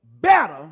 better